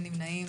אין נמנעים.